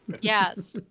Yes